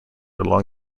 along